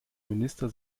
minister